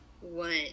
one